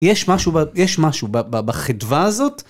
יש משהו.. יש משהו בחדווה הזאת?